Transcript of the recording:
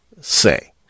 say